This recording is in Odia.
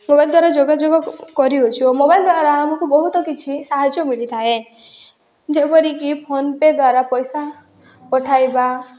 ମୋବାଇଲ୍ ଦ୍ଵାରା ଯୋଗାଯୋଗ କରିହେଉଛି ଓ ମୋବାଇଲ୍ ଦ୍ଵାରା ଆମକୁ ବହୁତ କିଛି ସାହାଯ୍ୟ ମିଳିଥାଏ ଯେପରିକି ଫୋନ୍ପେ ଦ୍ଵାରା ପଇସା ପଠାଇବା